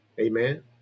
Amen